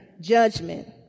judgment